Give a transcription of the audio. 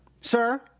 Sir